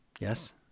Yes